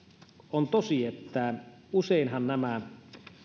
on tosi että useinhan nämä